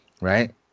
right